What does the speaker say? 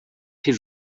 his